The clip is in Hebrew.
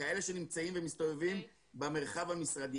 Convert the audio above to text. כאלה שנמצאים ומסתובבים במרחב המשרדי.